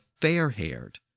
fair-haired